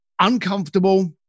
uncomfortable